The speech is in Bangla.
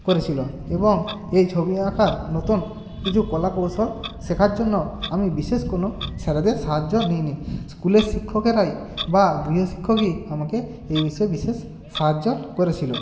করেছিলো এবং এই ছবি আঁকার নতুন কিছু কলাকৌশল শেখার জন্য আমি বিশেষ কোনো স্যারেদের সাহায্য নিই নি স্কুলের শিক্ষকেরাই বা গৃহশিক্ষকই আমাকে এ বিষয়ে বিশেষ সাহায্য করেছিলো